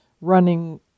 running